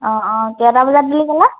অঁ অঁ কেইটা বজাত বুলি ক'লা